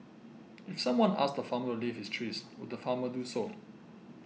if someone asked the farmer to leave his trees would the farmer do so